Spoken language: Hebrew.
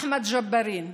אחמד ג'בארין,